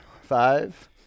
Five